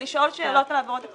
(הישיבה נפסקה בשעה 11:18